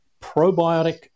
probiotic